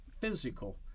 physical